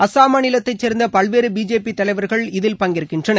அசாம் மாநிலத்தை சேர்ந்த பல்வேறு பிஜேபி தலைவர்கள் இதில் பங்கேற்கின்றனர்